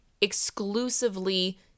exclusively